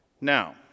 Now